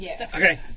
Okay